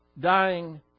dying